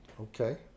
Okay